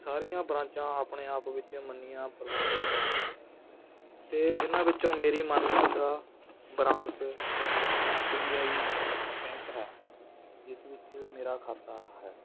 ਸਾਰੀਆਂ ਬ੍ਰਾਂਚਾਂ ਆਪਣੇ ਆਪ ਵਿੱਚ ਮੰਨੀਆਂ ਪਰਵੰਨੀਆਂ ਬ੍ਰਾਂਚਾਂ ਨੇ ਅਤੇ ਇਹਨਾਂ ਵਿੱਚੋਂ ਮੇਰੀ ਮਨ branch S B I bank ਹੈ ਜਿਸ ਵਿੱਚ ਮੇਰਾ ਖਾਤਾ ਹੈ